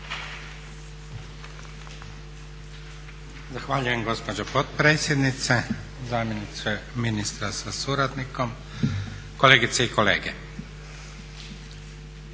Zahvaljujem gospođo potpredsjednice. Zamjeniče ministra sa suradnikom, kolegice i kolege.